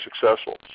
successful